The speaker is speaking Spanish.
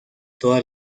todas